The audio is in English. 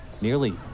Nearly